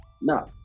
No